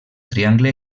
triangle